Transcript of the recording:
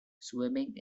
swimming